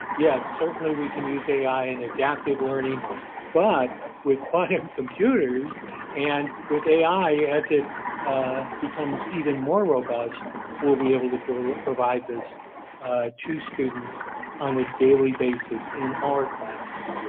yes certainly we can use ai and adaptive learning but with quantum computers and with ai as it becomes even more robust we'll be able to but ah provide this to students on a daily basis in our classes. right,